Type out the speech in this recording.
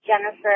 Jennifer